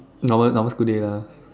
normal normal school day lah